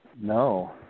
No